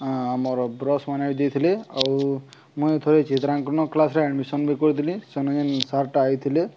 ଆମର ବ୍ରସ୍ ମାନ ବି ଦେଇଥିଲେ ଆଉ ମୁଇଁ ଥରେ ଚିତ୍ରାଙ୍କନ କ୍ଲାସ୍ରେ ଆଡ଼୍ମିସନ୍ ବି କରିଥିଲି ସେନ୍ ଯେନ୍ ସାର୍ଟା ଆଇଥିଲେ